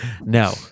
No